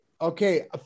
Okay